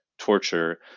torture